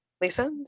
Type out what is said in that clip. Lisa